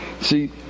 See